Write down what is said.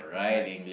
right